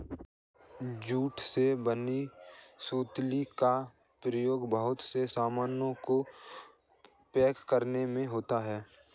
jute से बने सुतली का प्रयोग बहुत से सामानों को पैक करने में होता है